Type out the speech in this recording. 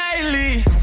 daily